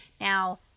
Now